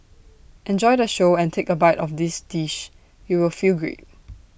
enjoy the show and take A bite of this dish you will feel great